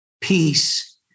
peace